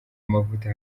amavuta